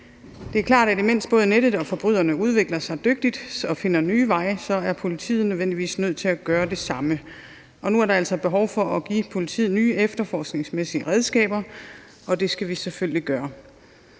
Det er klart, at når både nettet og forbryderne udvikler sig dygtigt og finder nye veje, er politiet nødvendigvis nødt til at gøre det samme. Nu er der altså behov for at give politiet nye efterforskningsmæssige redskaber, og det skal vi selvfølgelig gøre.